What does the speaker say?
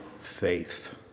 faith